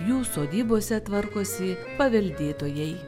jų sodybose tvarkosi paveldėtojai